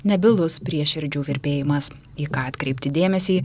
nebylus prieširdžių virpėjimas į ką atkreipti dėmesį